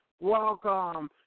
welcome